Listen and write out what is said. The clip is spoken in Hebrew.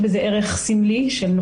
"נמק" ו"חשוב",